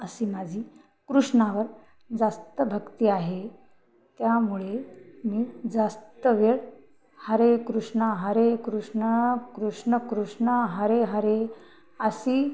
अशी माझी कृष्णावर जास्त भक्ती आहे त्यामुळे मी जास्त वेळ हरे कृष्ण हरे कृष्ण कृष्ण कृष्ण हरे हरे अशी